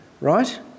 right